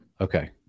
okay